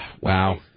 Wow